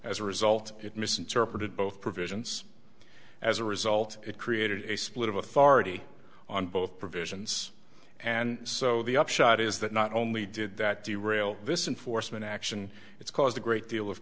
as a result it misinterpreted both provisions as a result it created a split of authority on both provisions and so the upshot is that not only did that the rail listen foresman action it's caused a great deal of